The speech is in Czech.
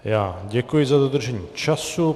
Já děkuji za dodržení času.